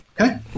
okay